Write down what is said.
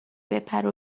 بپره